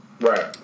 Right